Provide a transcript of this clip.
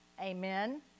Amen